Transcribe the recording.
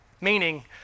Meaning